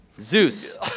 Zeus